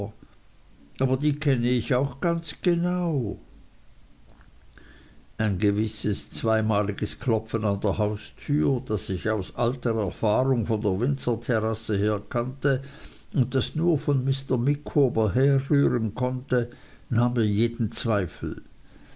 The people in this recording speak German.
aber die kenne ich auch ganz genau ein gewisses zweimaliges klopfen an der haustür das ich aus alter erfahrung von der windsor terrasse her kannte und das nur von mr micawber herrühren konnte nahm mir jeden zweifel